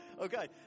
okay